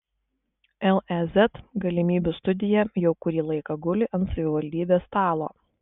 lez galimybių studija jau kurį laiką guli ant savivaldybės stalo